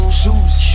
shoes